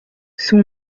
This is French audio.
son